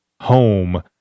home